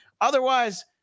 otherwise